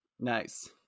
Nice